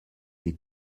des